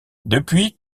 depuis